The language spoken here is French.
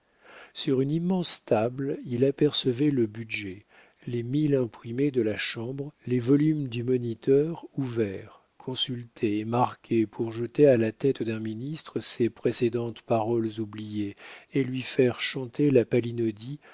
sur une immense table il apercevait le budget les mille imprimés de la chambre les volumes du moniteur ouverts consultés et marqués pour jeter à la tête d'un ministre ses précédentes paroles oubliées et lui faire chanter la